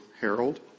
Harold